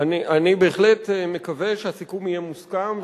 אני בהחלט מקווה שהסיכום יהיה מוסכם,